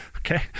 Okay